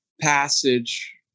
passage